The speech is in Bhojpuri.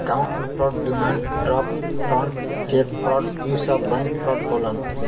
account fraud demand draft fraud cheque fraud इ सब बैंक फ्राड होलन